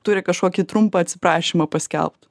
turi kažkokį trumpą atsiprašymą paskelbt